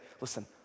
listen